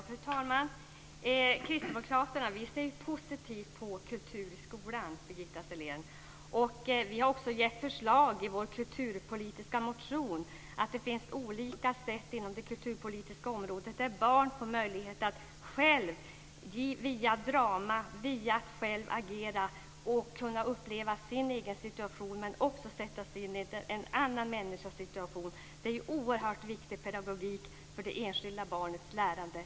Fru talman! Kristdemokraterna ser positivt på kultur i skolan. Vi har givit förslag i vår kulturpolitiska motion om olika sätt inom det kulturpolitiska området där barn får möjlighet att via drama och genom att själva agera uppleva sin egen situation men också sätta sig in i en annan människas situation. Det är oerhört viktig pedagogik för det enskilda barnets lärande.